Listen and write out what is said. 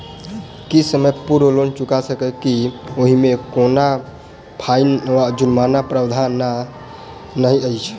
की समय पूर्व लोन चुका सकैत छी ओहिमे कोनो फाईन वा जुर्मानाक प्रावधान तऽ नहि अछि?